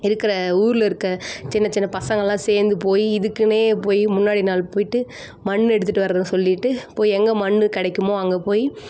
இருக்கிற ஊரில் இருக்க சின்ன சின்ன பசங்களெல்லாம் சேர்ந்து போய் இதுக்குன்னே போய் முன்னாடி நாள் போய்விட்டு மண் எடுத்துகிட்டு வர சொல்லிவிட்டு போய் எங்கே மண் கிடைக்குமோ அங்கே போய்